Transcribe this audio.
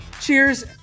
Cheers